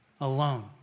alone